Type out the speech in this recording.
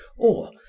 or,